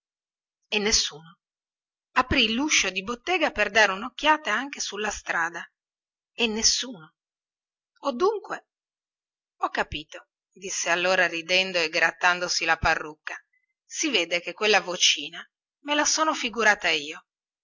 e nessuno apri luscio di bottega per dare unocchiata anche sulla strada e nessuno o dunque ho capito disse allora ridendo e grattandosi la parrucca si vede che quella vocina me la sono figurata io